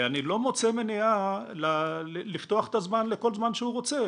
אני לא מוצא מניעה לפתוח את הזמן לכל זמן שהוא רוצה.